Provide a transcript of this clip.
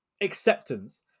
acceptance